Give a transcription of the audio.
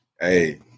Hey